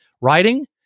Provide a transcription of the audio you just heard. writing